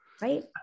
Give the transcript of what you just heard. right